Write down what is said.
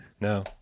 No